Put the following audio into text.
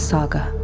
Saga